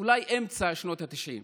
אולי עד אמצע שנות התשעים,